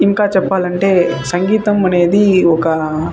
ఇంకా చెప్పాలంటే సంగీతం అనేది ఒక